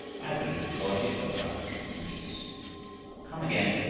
i believe the god you tell about will give me peace. i will come again,